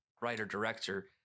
writer-director